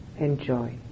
Enjoy